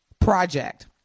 project